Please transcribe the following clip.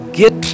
get